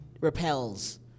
repels